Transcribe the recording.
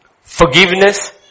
forgiveness